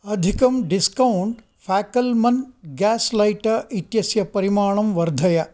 अधिकं डिस्कौण्ट् फाक्कल्मान् gas lighter इत्यस्य परिमाणं वर्धय